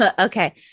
Okay